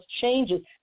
changes